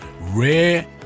rare